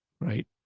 Right